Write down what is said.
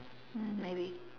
mm maybe